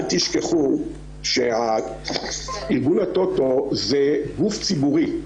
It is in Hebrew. אל תשכחו שארגון הטוטו זה גוף ציבורי,